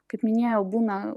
kaip minėjau būna